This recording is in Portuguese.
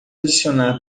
adicionar